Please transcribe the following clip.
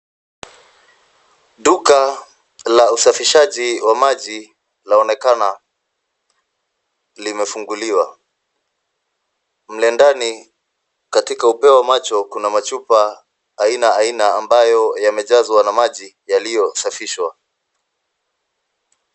Duka la usafishaji wa maji laonekana limefunguliwa, mlendani katika upeo wa macho kuna machupa aina aina ambayo yamejazwa na maji yaliyosafishwa.